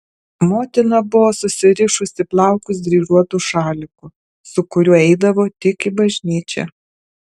motina buvo susirišusi plaukus dryžuotu šaliku su kuriuo eidavo tik į bažnyčią